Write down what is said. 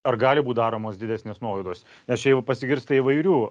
ar gali būt daromos didesnės nuolaidos nes čia jau pasigirsta įvairių